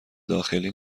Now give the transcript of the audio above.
داخلی